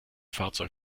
fahrzeug